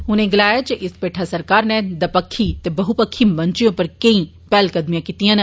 उनें गलाया जे इस पैठा सरकार नै दपक्खी ते बहुपक्खी मंचे उप्पर केंई पैह्ल कदमियां कीतियां न